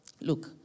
look